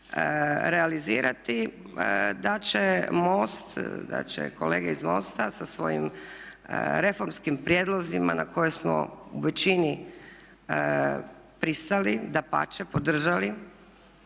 da će MOST, da će kolege iz MOST-a sa svojim reformskim prijedlozima na koje smo u većini pristali, dapače, podržali,